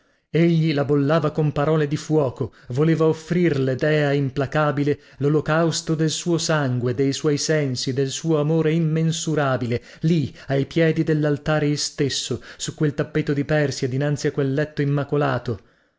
egli la bollava con parole di fuoco voleva offrirle dea implacabile lolocausto del suo sangue dei suoi sensi del suo amore immensurabile lì ai piedi dellaltare istesso su quel tappeto di persia dinanzi a quel letto immacolato